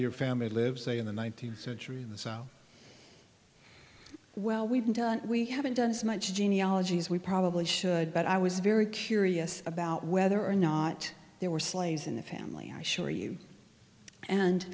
your family lives in the nineteenth century so well we've done we haven't done as much as genealogies we probably should but i was very curious about whether or not there were slaves in the family i assure you and